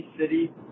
City